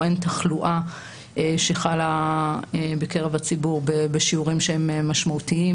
אין תחלואה שחלה בקרב הציבור בשיעורים שהם משמעותיים.